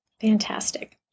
fantastic